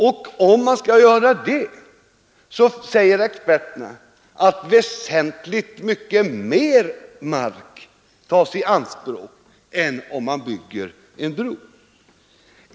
Experterna säger att om man gör detta tas väsentligt mycket mer mark i anspråk än om man bygger en bro.